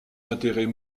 intérêts